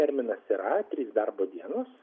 terminas yra trys darbo dienos